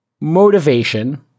motivation